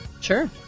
Sure